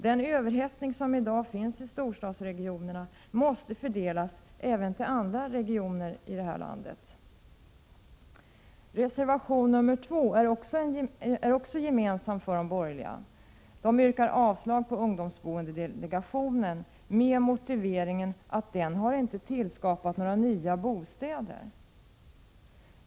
Den överhettning som i dag finns i storstadsregionerna måste fördelas även till andra regioner i landet. Reservation nr 2 är också gemensam för de borgerliga. Där yrkar man att ungdomsboendedelegationen skall avvecklas med motiveringen att den inte har tillskapat några nya lägenheter.